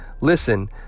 listen